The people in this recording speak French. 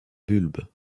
bulbe